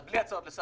אז בלי הצעות לסדר.